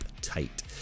Tight